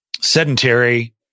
sedentary